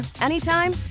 anytime